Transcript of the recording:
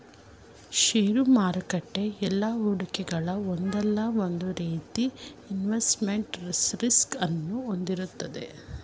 ಷೇರು ಮಾರುಕಟ್ಟೆ ಎಲ್ಲಾ ಹೂಡಿಕೆಗಳು ಒಂದಲ್ಲ ಒಂದು ರೀತಿಯ ಇನ್ವೆಸ್ಟ್ಮೆಂಟ್ ರಿಸ್ಕ್ ಅನ್ನು ಹೊಂದಿರುತ್ತದೆ